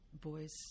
Boys